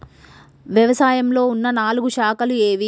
వ్యవసాయంలో ఉన్న నాలుగు శాఖలు ఏవి?